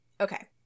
Okay